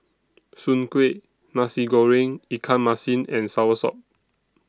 Soon Kueh Nasi Goreng Ikan Masin and Soursop